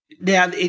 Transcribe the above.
now